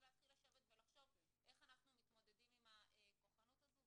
אז להתחיל לשבת ולחשוב איך אנחנו מתמודדים עם הכוחנות הזו.